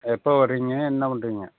எப்போ வர்றீங்க என்ன பண்ணுறீங்க